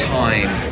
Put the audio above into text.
time